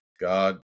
God